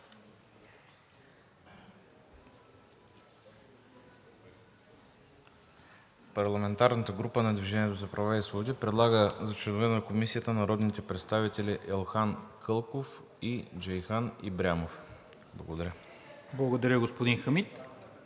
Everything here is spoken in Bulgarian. Парламентарната група на „Движение за права и свободи“ предлага за членове на Комисията народните представители Елхан Кълков и Джейхан Ибрямов. Благодаря. ПРЕДСЕДАТЕЛ НИКОЛА